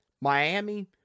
Miami